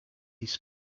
his